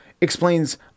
explains